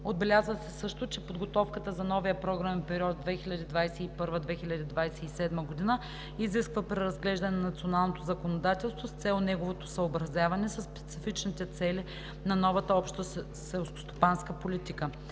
Отбелязва се също, че подготовката за новия програмен период 2021 – 2027 г. изисква преразглеждане на националното законодателство с цел неговото съобразяване със специфичните цели на новата Обща селскостопанска политика.